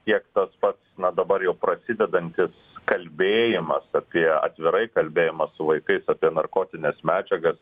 tiek tas pats na dabar jau prasidedantis kalbėjimas apie atvirai kalbėjimas su vaikais apie narkotines medžiagas